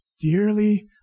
dearly